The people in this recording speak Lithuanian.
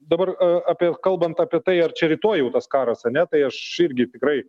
dabar apie kalbant apie tai ar čia rytoj jau tas karas ane tai aš irgi tikrai